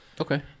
Okay